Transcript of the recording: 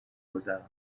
گذراند